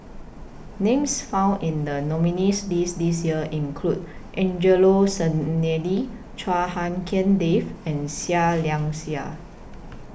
Names found in The nominees' list This Year include Angelo Sanelli Chua Hak Lien Dave and Seah Liang Seah